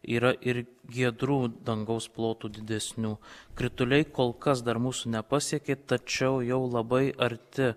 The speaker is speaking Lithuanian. yra ir giedrų dangaus plotų didesnių krituliai kol kas dar mūsų nepasiekė tačiau jau labai arti